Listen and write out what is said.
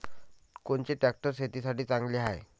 कोनचे ट्रॅक्टर शेतीसाठी चांगले हाये?